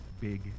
big